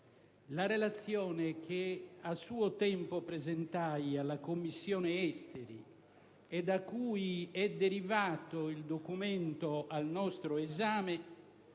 la relazione che a suo tempo presentai alla Commissione esteri e da cui è derivato il documento al nostro esame